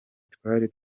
twari